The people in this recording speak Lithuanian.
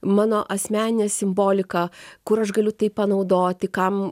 mano asmenine simbolika kur aš galiu tai panaudoti kam